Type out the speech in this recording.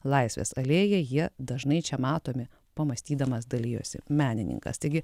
laisvės alėja jie dažnai čia matomi pamąstydamas dalijosi menininkas taigi